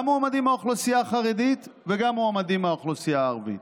גם מועמדים מהאוכלוסייה החרדית וגם מועמדים מהאוכלוסייה הערבית.